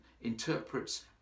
interprets